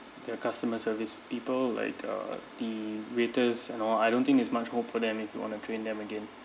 the customer service people like uh the waiters you know I don't think there's much hope for them if you want to train them again